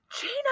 Gina